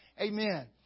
Amen